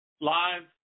Live